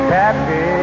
happy